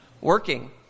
working